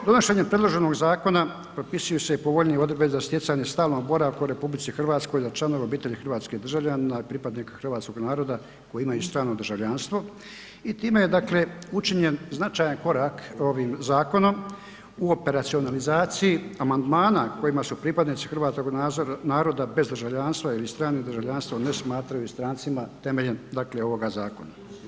Donošenjem predloženog zakona propisuju se i povoljnije odredbe za stjecanje stalnog boravka u RH za članove obitelji hrvatskog državljanina, pripadnika hrvatskog naroda koji imaju stalno državljanstvo i time je, dakle učinjen značajan korak ovim zakonom u operacionalizaciji amandmana kojima su pripadnici hrvatskog naroda bez državljanstva ili stranim državljanstvom ne smatraju strancima temeljem, dakle ovoga zakona.